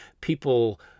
people